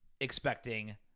expecting